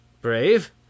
Brave